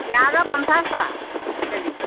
পিঁয়াজৰ পঞ্চাছ টকা কেজি